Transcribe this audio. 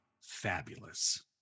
fabulous